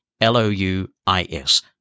L-o-u-i-s